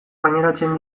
gaineratzen